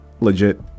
legit